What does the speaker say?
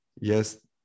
yes